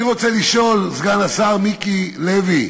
אני רוצה לשאול, סגן השר מיקי לוי,